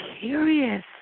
curious